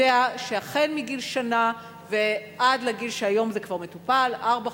שהחל מגיל שנה ועד לגיל שהיום זה כבר מטופל ארבע,